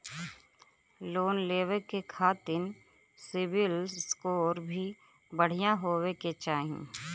Loan लेवे के खातिन सिविल स्कोर भी बढ़िया होवें के चाही?